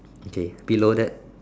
okay below that